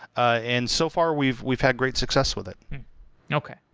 ah and so far, we've we've had great success with it okay.